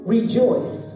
Rejoice